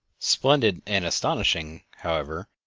splendid and astonishing, however,